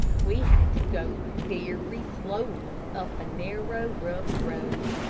we had to go very slowly up a narrow, rough road.